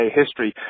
history